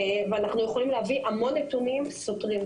ואנחנו יכולים להביא המון נתונים סותרים.